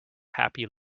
happy